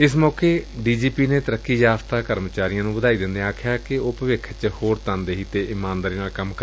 ਇਸ ਮੌਕੇ ਡੀਜੀਪੀ ਨੇ ਤਰੱਕੀ ਯਾਫ਼ਤਾ ਕਰਮਚਾਰੀਆਂ ਨੁੰ ਵਧਾਈ ਦਿੰਦਿਆਂ ਆਖਿਆ ਕਿ ਉਹ ਭਵਿੱਖ ਵਿਚ ਹੋਰ ਤਨਦੇਹੀ ਅਤੇ ਇਮਾਨਦਾਰੀ ਨਾਲ ਕੰਮ ਕਰਨ